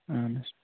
اَہَن حظ